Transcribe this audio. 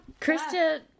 Krista